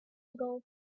ago